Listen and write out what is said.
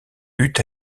eut